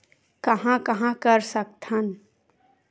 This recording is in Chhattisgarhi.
कहां कहां कर सकथन?